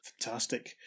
Fantastic